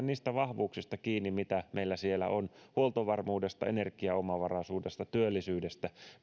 niistä vahvuuksista kiinni mitä meillä siellä on huoltovarmuudesta energiaomavaraisuudesta työllisyydestä